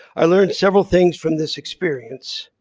i learned several things from this experience.